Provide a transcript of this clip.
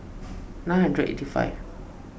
nine hundred eighty five